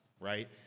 right